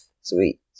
Sweet